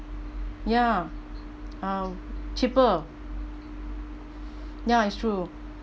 ya um cheaper ya it's true